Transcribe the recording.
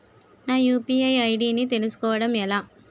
నా UPI ID ని తెలుసుకోవడం ఎలా?